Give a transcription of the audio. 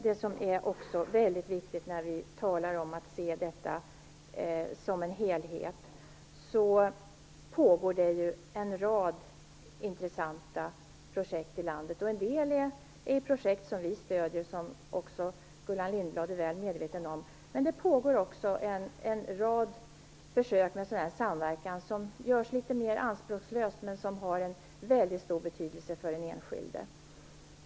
Det som också är mycket viktigt, när vi talar om att se detta som en helhet, är att det pågår en rad intressanta projekt i landet. En del projekt stöder vi, vilket Gullan Lindblad är väl medveten om. Men det pågår också en rad försök med samverkan, som görs litet mera anspråkslöst men som har en väldigt stor betydelse för den enskilde.